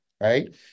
right